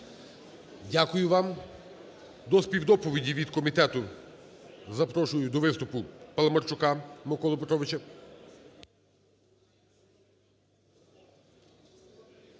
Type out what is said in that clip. Дякую вам. До співдоповіді від комітету запрошую до виступу Паламарчука Миколу Петровича.